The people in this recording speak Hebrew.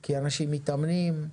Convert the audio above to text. כי אנשים מתאמנים,